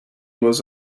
was